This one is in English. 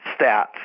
stats